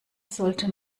sollte